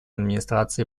администрации